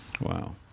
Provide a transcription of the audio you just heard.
Wow